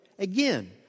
Again